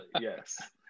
Yes